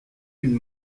une